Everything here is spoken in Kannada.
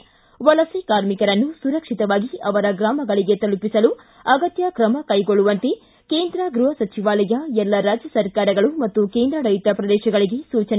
ಿ ವಲಸೆ ಕಾರ್ಮಿಕರನ್ನು ಸುರಕ್ಷಿತವಾಗಿ ಅವರ ಗ್ರಾಮಗಳಿಗೆ ತಲುಪಿಸಲು ಅಗತ್ಯ ಕ್ರಮ ಕೈಗೊಳ್ಳುವಂತೆ ಕೇಂದ್ರ ಗೃಹ ಸಚಿವಾಲಯ ಎಲ್ಲ ರಾಜ್ಯ ಸರ್ಕಾರಗಳು ಮತ್ತು ಕೇಂದ್ರಾಡಳಿತ ಪ್ರದೇಶಗಳಿಗೆ ಸೂಚನೆ